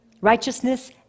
righteousness